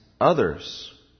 others